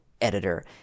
editor